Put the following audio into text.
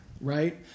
right